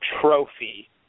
trophy